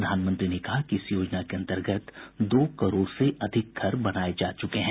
प्रधानमंत्री ने कहा कि इस योजना के अंतर्गत दो करोड़ से अधिक घर बनाए जा चूके हैं